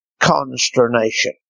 consternation